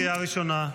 קריאה ראשונה.